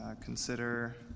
Consider